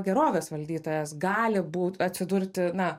gerovės valdytojas gali būt atsidurti na